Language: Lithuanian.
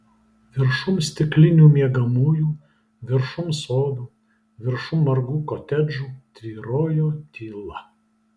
viršum stiklinių miegamųjų viršum sodų viršum margų kotedžų tvyrojo tyla